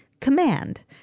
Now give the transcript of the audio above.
command